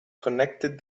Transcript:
connected